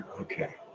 Okay